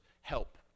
help